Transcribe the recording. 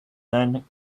then